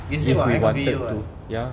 they say what end of the year what